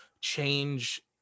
change